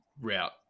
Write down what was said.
route